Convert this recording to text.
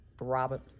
robert